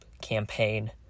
campaign